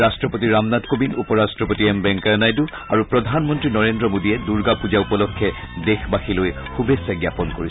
ৰাষ্ট্ৰপতি ৰামনাথ কোৱিন্দউপ ৰাষ্ট্ৰপতি এম ভেংকায়া নাইডু আৰু প্ৰধানমন্ত্ৰী নৰেন্দ্ৰ মোদীয়ে দূৰ্গা পুজা উপলক্ষে দেশবাসীলৈ শুভেচ্ছা জ্ঞাপন কৰিছে